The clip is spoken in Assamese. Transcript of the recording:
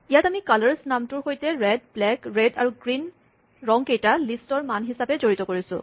ইয়াত আমি কালাৰছ নামটোৰ সৈতে ৰেড ব্লেক ৰেড আৰু গ্ৰীন ৰঙকেইটা লিষ্টৰ মান হিচাপে জড়িত কৰিছোঁ